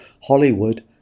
Hollywood